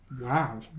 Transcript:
Wow